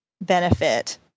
benefit